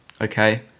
Okay